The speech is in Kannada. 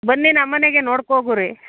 ಬನ್ನಿ ನಮ್ಮ ಮನೆಗೆ ನೋಡ್ಕೊ ಹೋಗುರಿ